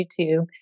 YouTube